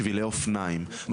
שבילי אופניים,